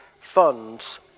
funds